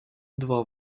два